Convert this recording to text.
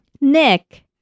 Nick